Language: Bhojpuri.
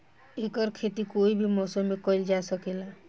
एकर खेती कोई भी मौसम मे कइल जा सके ला